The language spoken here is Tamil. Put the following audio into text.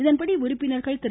இதன்படி உறுப்பினர்கள் திரு